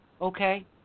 Okay